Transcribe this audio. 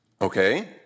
Okay